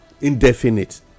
indefinite